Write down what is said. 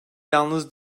yalnız